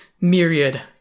myriad